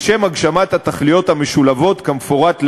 לשם הגשמת התכליות המשולבות כמפורט להלן.